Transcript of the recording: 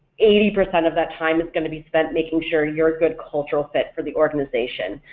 eighty percent of that time is going to be spent making sure you're a good cultural fit for the organization.